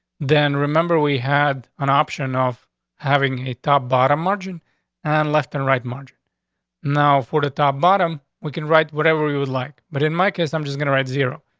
then remember, we had on option off having a top bottom margin on and left and right margin now for the top bottom. we can write whatever we would like, but in my case, i'm just gonna write zero.